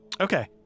Okay